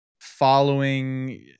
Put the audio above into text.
following